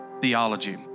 Theology